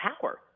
power